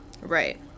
Right